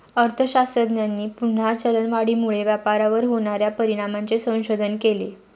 अर्थशास्त्रज्ञांनी पुन्हा चलनवाढीमुळे व्यापारावर होणार्या परिणामांचे संशोधन केले